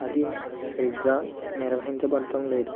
అది సరిగ్గా నిర్వహించబడటం లేదు